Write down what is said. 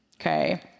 okay